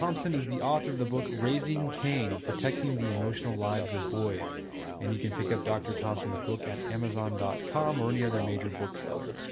thompson is the author of the book raising cain protecting the emotional lives of boys and you can pickup dr. thompson's book at amazon dot com or any other major book-seller